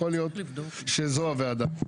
ויכול להיות שזו הוועדה.